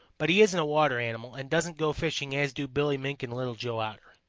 but he isn't a water animal and doesn't go fishing as do billy mink and little joe otter.